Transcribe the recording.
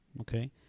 okay